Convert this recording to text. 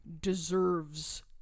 deserves